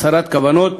הצהרת כוונות